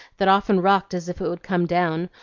that often rocked as if it would come down,